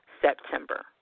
September